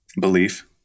belief